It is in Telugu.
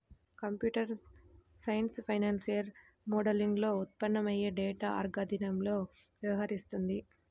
కంప్యూటర్ సైన్స్ ఫైనాన్షియల్ మోడలింగ్లో ఉత్పన్నమయ్యే డేటా అల్గారిథమ్లతో వ్యవహరిస్తుంది